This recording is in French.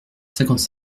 cinquante